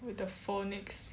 view the phonics